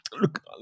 look